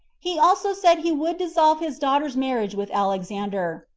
he also said he would dissolve his daughter's marriage with alexander,